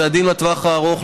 צעדים לטווח הארוך.